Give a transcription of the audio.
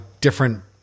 different